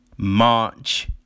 March